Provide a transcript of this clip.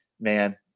man